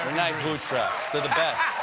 nice boot straps. they're the best.